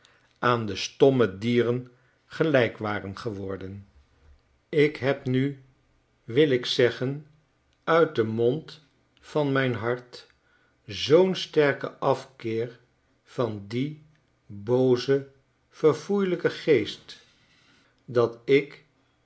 aan de stomme dieren gelijk waren geworden ik heb nu wil ik zeggen uit den grond van mijn hart zoo'n sterken afkeer van dien boozen verfoeielijken geest dat ik